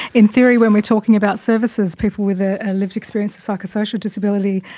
in theory when we're talking about services, people with a lived experience of psychosocial disability,